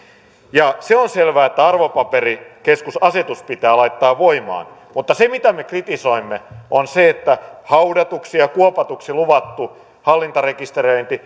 ja se on selvää että arvopaperikeskusasetus pitää laittaa voimaan mutta se mitä me kritisoimme on se että haudatuksi ja kuopatuksi luvattu hallintarekisteröinti